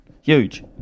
Huge